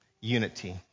Unity